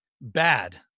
bad